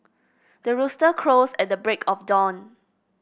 the rooster crows at the break of dawn